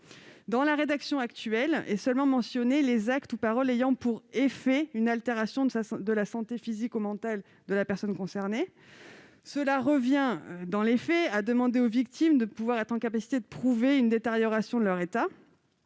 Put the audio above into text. Dans la rédaction actuelle sont seulement mentionnés les actes ou paroles « ayant pour effet une altération de [l]a santé physique ou mentale » de la personne concernée. Cela revient, dans les faits, à demander aux victimes d'être capables de prouver une détérioration de leur état.